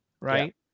Right